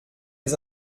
des